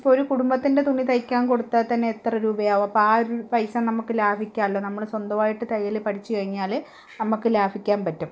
ഇപ്പം ഒരു കുടുംബത്തിൻ്റെ തുണി തയ്ക്കാൻ കൊടുത്താൽ തന്നെ എത്ര രൂപയാകും അപ്പം ആ ഒരു പൈസ നമുക്ക് ലാഭിക്കാമല്ലോ നമ്മൾ സ്വന്തമായിട്ട് തയ്യൽ പഠിച്ചു കഴിഞ്ഞാൽ നമുക്ക് ലാഭിക്കാൻ പറ്റും